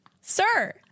Sir